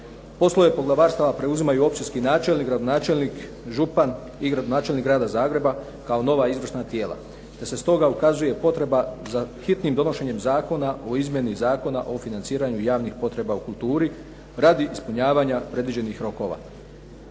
Poslove poglavarstava preuzimaju općinski načelnik, gradonačelnik, župan i gradonačelnik Grada Zagreba kao nova izvršna tijela, te se stoga ukazuje potreba za hitnim donošenjem Zakona o izmjeni Zakona o financiranju javnih potreba u kulturi radi ispunjavanja predviđenih rokova.